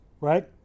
right